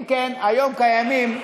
אם כן, היום קיימים,